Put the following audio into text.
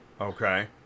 Okay